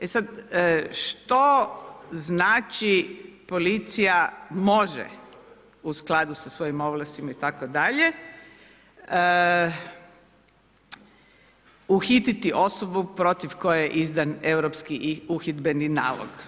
E sad, što znači policija može u skladu sa svojim ovlastima itd. uhititi osobu protiv koje je izdan europski i uhidbeni nalog?